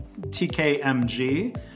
TKMG